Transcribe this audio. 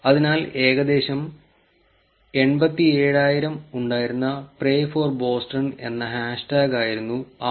അതിനാൽ ഏകദേശം 87000 ഉണ്ടായിരുന്ന പ്രേഫോർബോസ്റ്റൺ എന്ന ഹാഷ്ടാഗായിരുന്നു ആർ